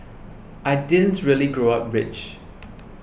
I didn't really grow up rich